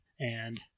And-